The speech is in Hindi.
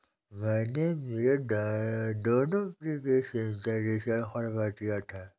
मैंने मेरे दोनों प्रीपेड सिम का रिचार्ज करवा दिया था